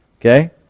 okay